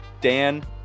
Dan